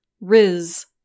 riz